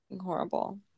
Horrible